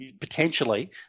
Potentially